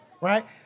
right